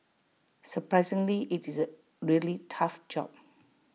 surprisingly IT is A really tough job